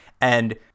and-